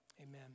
Amen